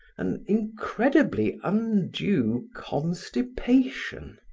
an incredibly undue constipation.